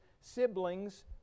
siblings